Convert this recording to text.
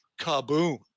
kaboom